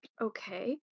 Okay